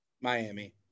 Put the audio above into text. Miami